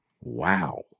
Wow